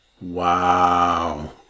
Wow